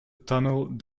tunnel